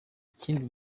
ikindi